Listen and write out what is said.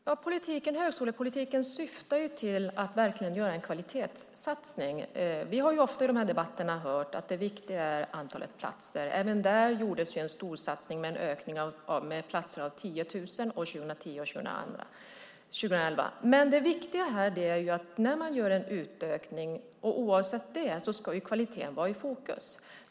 Herr talman! Högskolepolitiken syftar till att verkligen göra en kvalitetssatsning. Vi har ofta i debatterna hört att det viktiga är antalet platser. Även där gjordes ju en storsatsning med en ökning med 10 000 platser år 2010 och 2011. Men det viktiga är att oavsett om man gör en utökning eller inte så ska kvaliteten vara i fokus.